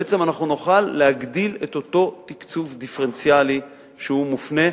בעצם אנחנו נוכל להגדיל את אותו תקצוב דיפרנציאלי שהוא מופנה,